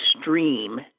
stream